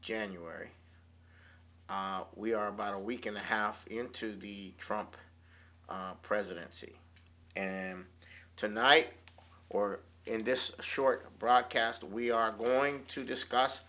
january we are about a week and a half into the trump presidency and tonight or in this short broadcast we are going to discuss